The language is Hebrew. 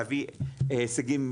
להביא הישגים,